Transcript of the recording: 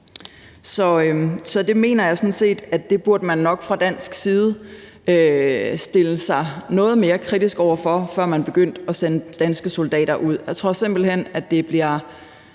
Så det mener jeg sådan set man nok fra dansk side burde stille sig noget mere kritisk over for, før man begyndte at sende danske soldater ud. Jeg tror simpelt hen, at det bliver